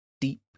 deep